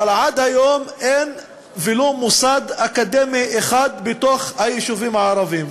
אבל עד היום אין ולו מוסד אקדמי אחד בתוך היישובים הערביים.